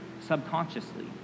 subconsciously